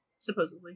Supposedly